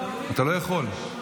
אתה לא יכול.